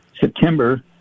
September